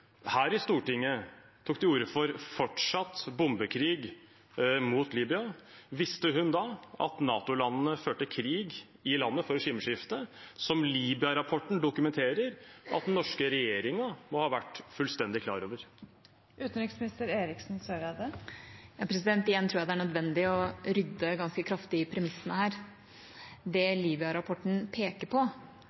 her i Stortinget tok til orde for fortsatt bombekrig mot Libya, at NATO-landene førte krig i landet for regimeskifte, som Libya-rapporten dokumenterer at den norske regjeringen må ha vært fullstendig klar over? Igjen tror jeg det er nødvendig å rydde ganske kraftig i premissene her. Det Libya-rapporten peker på,